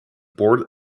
board